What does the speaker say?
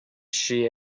she